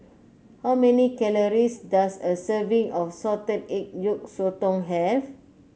how many calories does a serving of Salted Egg Yolk Sotong have